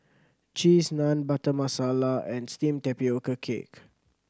Cheese Naan Butter Masala and steamed tapioca cake